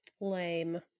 Lame